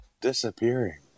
disappearing